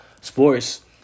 sports